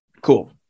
Cool